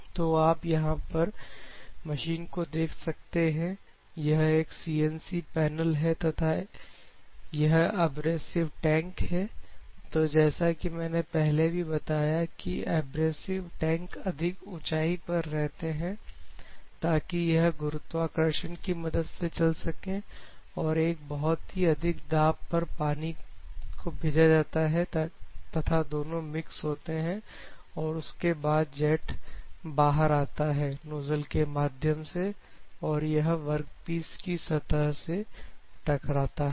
तो आप यहां पर मशीन को देख सकते हैं यह एक CNC पैनल है तथा यह एब्रेसिव टैंक है तो जैसा कि मैंने पहले भी बताया कि अब एब्रेसिव टैंक अधिक ऊंचाई पर रहते हैं ताकि यह गुरुत्वाकर्षण की मदद से चल सके और एक बहुत ही अधिक दाब पर पानी को भेजा जाता है तथा दोनों मिक्स होते हैं और उसके बाद जेट बाहर आता है नोजल के माध्यम से और यह वर्कपीस की सतह से टकराता है